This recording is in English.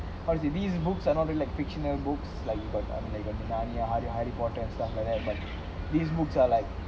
how to say these books are not really like fictional books like you got narnia harry potter and stuff like that these books are like